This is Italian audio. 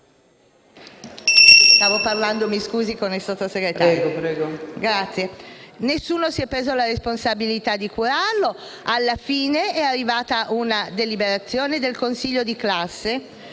sarebbe mai preso la responsabilità di curarlo. Alla fine è arrivata una deliberazione del consiglio di classe,